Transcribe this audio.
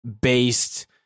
based